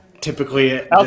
Typically